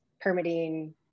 permitting